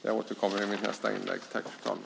Jag återkommer i mitt nästa inlägg, fru talman.